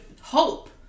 hope